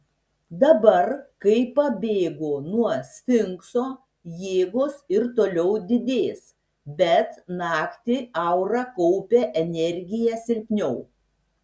dabar kai pabėgo nuo sfinkso jėgos ir toliau didės bet naktį aura kaupia energiją silpniau